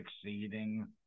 succeeding